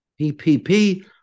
PPP